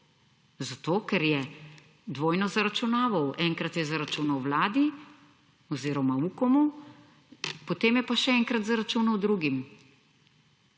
Zato, ker je dvojno zaračunaval. Enkrat je zaračunal vladi oziroma Ukomu, potem je pa še enkrat zaračunal drugim.